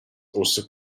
ussa